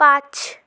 পাঁচ